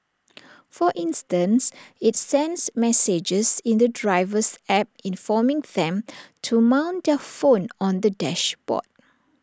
for instance IT sends messages in the driver's app informing them to mount their phone on the dashboard